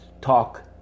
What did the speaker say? talk